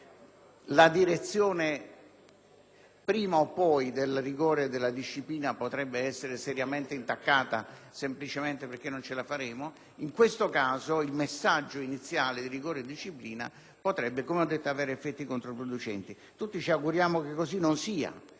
la direzione del rigore e della disciplina potrebbe essere seriamente intaccata semplicemente perché non ce la faremo? In questo caso il messaggio iniziale di rigore e disciplina potrebbe avere effetti controproducenti. Tutti ci auguriamo che così non sia,